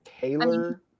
taylor